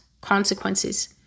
consequences